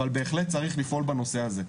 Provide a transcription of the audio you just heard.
אבל בהחלט צריך לפעול בנושא הזה.